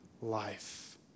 life